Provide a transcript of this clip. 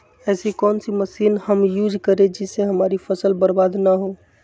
ऐसी कौन सी मशीन हम यूज करें जिससे हमारी फसल बर्बाद ना हो?